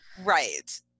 Right